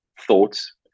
thoughts